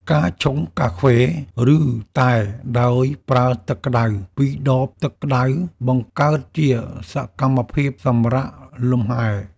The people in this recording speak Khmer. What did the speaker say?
ការឆុងកាហ្វេ ឬតែដោយប្រើទឹកក្តៅពីដបទឹកក្តៅ បង្កើតជាសកម្មភាពសម្រាកលម្ហែ។